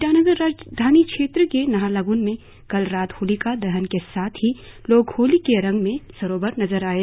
ईटानगर राजधानी क्षेत्र के नाहरलग्न में कल रात होलिका दहन के साथ ही लोग होली के रंग में सराबोर नजर आये